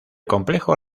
complejo